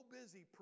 busy